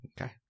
Okay